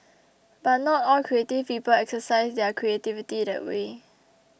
but not all creative people exercise their creativity that way